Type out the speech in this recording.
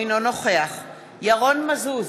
אינו נוכח ירון מזוז,